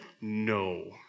No